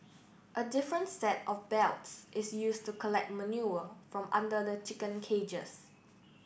a different set of belts is used to collect manure from under the chicken cages